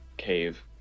cave